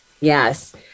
yes